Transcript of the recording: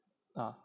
ah